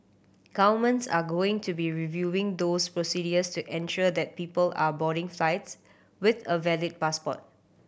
governments are going to be reviewing those procedures to ensure that people are boarding flights with a valid passport